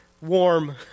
warm